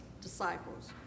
disciples